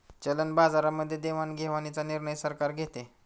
चलन बाजारामध्ये देवाणघेवाणीचा निर्णय सरकार घेते